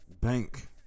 bank